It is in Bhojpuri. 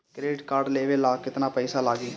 क्रेडिट कार्ड लेवे ला केतना पइसा लागी?